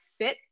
sit